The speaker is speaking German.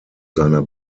seiner